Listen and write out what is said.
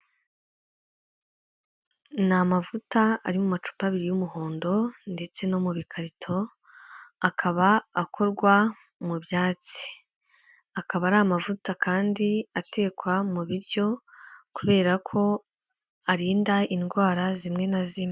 Ni amavuta ari macupa abiri y'umuhondo ndetse no mukarito akaba akorwa mu byatsi akaba ari amavuta kandi atekwa mu biryo kubera ko arinda indwara zimwe na zimwe.